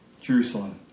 Jerusalem